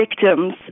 victims